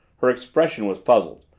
her expression was puzzled.